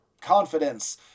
confidence